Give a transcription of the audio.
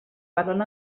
parlen